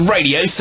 Radio